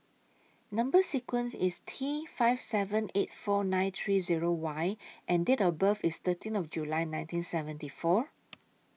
Number sequence IS T five seven eight four nine three Zero Y and Date of birth IS thirteen of July nineteen seventy four